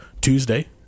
Tuesday